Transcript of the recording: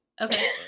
Okay